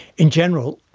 in general,